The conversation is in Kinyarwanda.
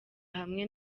hamwe